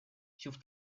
schuf